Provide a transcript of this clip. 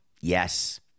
Yes